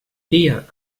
dia